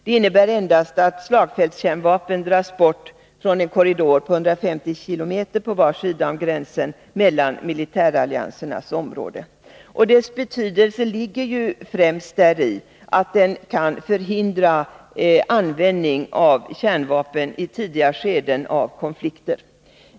Det innebär endast att slagfältskärnvapen dras bort från en korridor på 150 kilometer på var sida om gränsen mellan militäralliansernas områden. Korridorens betydelse ligger ju främst i att den kan förhindra användning av kärnvapen i tidiga skeden av konflikter.